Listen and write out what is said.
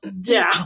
down